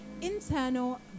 internal